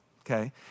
okay